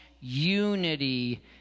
unity